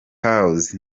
house